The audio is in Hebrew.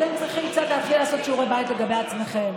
אתם צריכים להתחיל לעשות קצת שיעורי בית לגבי עצמכם.